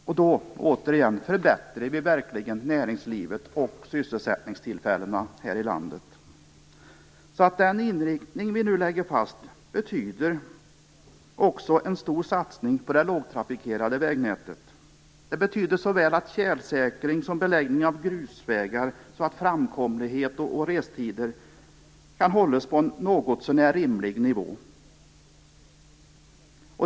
Därigenom, återigen, förbättrar vi för näringslivet och ökar sysselsättningstillfällena här i landet. Den inriktning som vi nu lägger fast betyder också en stor satsning på det lågtrafikerade vägnätet. Det betyder såväl tjälsäkring som beläggning av grusvägar, så att framkomlighet och restider kan hållas på en någotsånär rimlig nivå.